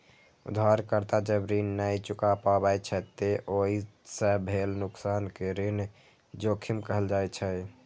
उधारकर्ता जब ऋण नै चुका पाबै छै, ते ओइ सं भेल नुकसान कें ऋण जोखिम कहल जाइ छै